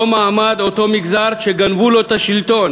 אותו מעמד, אותו מגזר, שגנבו לו את השלטון.